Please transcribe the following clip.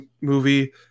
movie